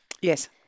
Yes